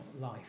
life